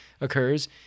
occurs